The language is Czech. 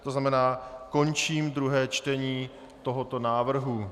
To znamená, končím druhé čtení tohoto návrhu.